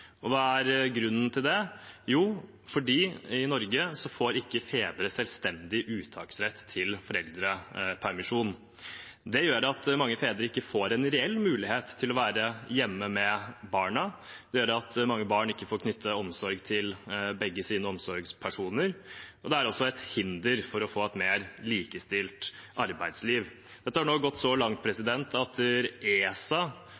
Hva er grunnen til det? Jo, fordi i Norge får ikke fedre selvstendig uttaksrett til foreldrepermisjon. Det gjør at mange fedre ikke får en reell mulighet til å være hjemme med barna. Det gjør at mange barn ikke får knyttet bånd til begge sine omsorgspersoner. Det er også et hinder for å få et mer likestilt arbeidsliv. Dette har nå gått så langt at ESA